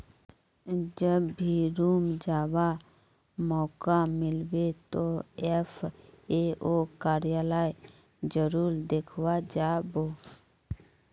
जब भी रोम जावा मौका मिलबे तो एफ ए ओ कार्यालय जरूर देखवा जा बो